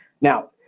Now